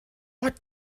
what